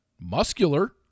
muscular